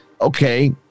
okay